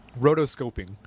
Rotoscoping